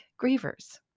grievers